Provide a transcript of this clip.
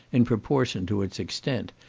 in proportion to its extent,